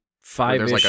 five